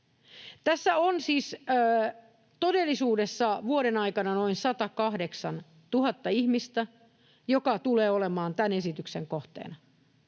Tässä on siis todellisuudessa vuoden aikana noin 108 000 ihmistä, jotka tulevat olemaan tämän esityksen kohteena.